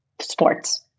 sports